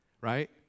right